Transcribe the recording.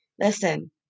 Listen